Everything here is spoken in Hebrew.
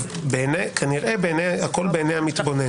כנראה הכול בעיני המתבונן,